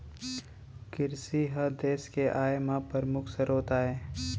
किरसी ह देस के आय म परमुख सरोत आय